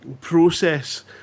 process